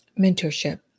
mentorship